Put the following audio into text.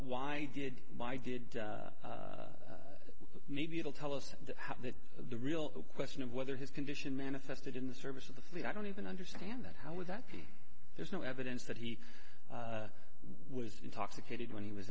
why did why did maybe it'll tell us how the real question of whether his condition manifested in the service of the fleet i don't even understand that how would that be there's no evidence that he was intoxicated when he was